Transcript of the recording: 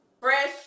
Fresh